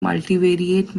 multivariate